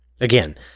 Again